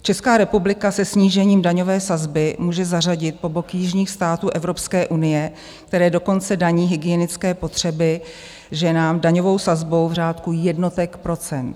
Česká republika se snížením daňové sazby může zařadit po bok jižních států Evropské unie, které dokonce daní hygienické potřeby ženám daňovou sazbou v řádu jednotek procent.